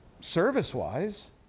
service-wise